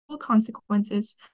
consequences